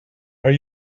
are